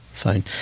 phone